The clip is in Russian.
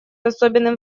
особенным